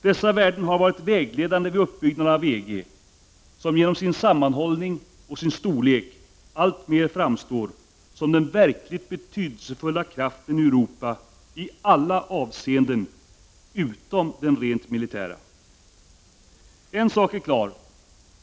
Dessa värden har varit vägledande vid uppbyggnaden av EG, som genom sin sam manhållning och sin storlek allt mer framstår som den verkligt betydelsefulla kraften i Europa i alla avseenden utom den rent militära. En sak är klar.